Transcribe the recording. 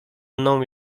mną